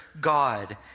God